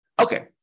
Okay